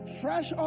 fresh